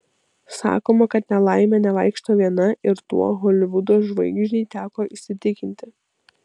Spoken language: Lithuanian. sakoma kad nelaimė nevaikšto viena ir tuo holivudo žvaigždei teko įsitikinti